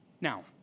Now